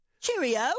cheerio